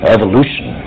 Evolution